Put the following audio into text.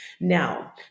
Now